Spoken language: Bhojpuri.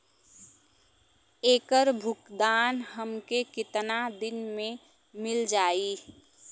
ऐकर भुगतान हमके कितना दिन में मील जाई?